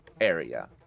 area